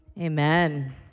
Amen